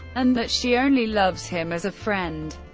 and that she only loves him as a friend.